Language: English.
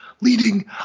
leading